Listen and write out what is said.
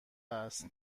است